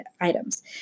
items